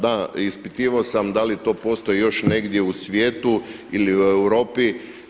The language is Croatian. Da ispitivao sam da li to postoji još negdje u svijetu ili u Europi.